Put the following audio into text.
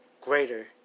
greater